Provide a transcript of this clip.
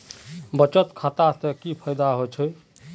बचत खाता से की फायदा होचे?